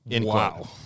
Wow